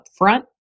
upfront